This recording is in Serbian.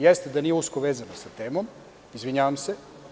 Jeste da nije usko vezano sa temom, izvinjavam se.